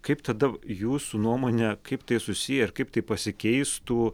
kaip tada jūsų nuomone kaip tai susiję ir kaip tai pasikeistų